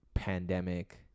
pandemic